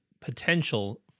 potential